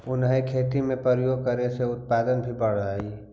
उन्हें खेती में प्रयोग करने से उत्पादन भी बढ़अ हई